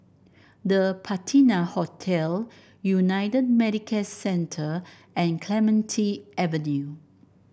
The Patina Hotel United Medicare Centre and Clementi Avenue